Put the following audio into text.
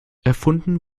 erfunden